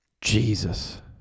Jesus